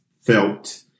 felt